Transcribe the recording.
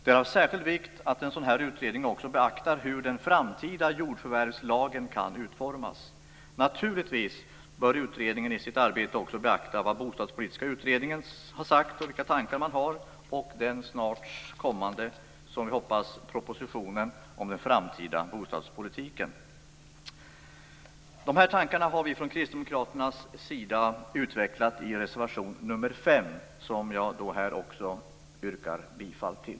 Det är av särskild vikt att en sådan utredning även beaktar hur den framtida jordförvärvslagen kan utformas. Naturligtvis bör utredningen i sitt arbete beakta vad den bostadspolitiska utredningen har sagt och även beakta den proposition, som vi hoppas snart skall komma, om den framtida bostadspolitiken. Dessa tankar har vi från Kristdemokraterna utvecklat i reservation 5 som jag yrkar bifall till.